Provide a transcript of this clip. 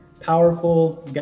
powerful